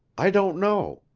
i don't know.